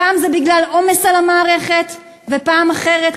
פעם זה בגלל עומס על המערכת ופעם אחרת,